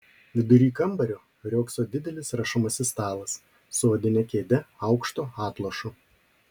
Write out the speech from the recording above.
vidury kambario riogso didelis rašomasis stalas su odine kėde aukštu atlošu